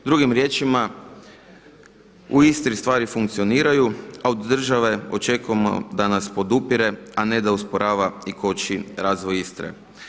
Drugim riječima u Istri stvari funkcioniraju, a od države očekujemo da nas podupire a ne da usporava i koči razvoj Istre.